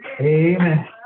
Amen